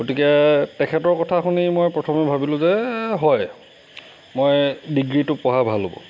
গতিকে তেখেতৰ কথা শুনি মই প্ৰথমে ভাবিলোঁ যে এই হয় মই ডিগ্ৰীটো পঢ়া ভাল হ'ব